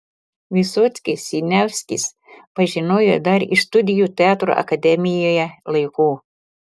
vysockį siniavskis pažinojo dar iš studijų teatro akademijoje laikų